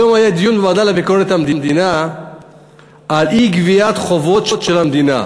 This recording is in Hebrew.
היום היה דיון בוועדה לביקורת המדינה על אי-גביית חובות של המדינה.